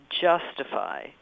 justify